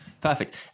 Perfect